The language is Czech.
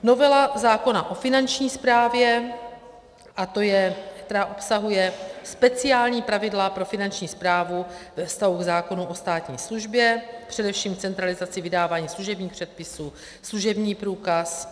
Novela zákona o Finanční správě, která obsahuje speciální pravidla pro Finanční správu ve vztahu k zákonu o státní službě, především centralizaci vydávání služebních předpisů, služební průkaz.